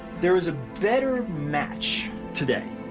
there's a better match today,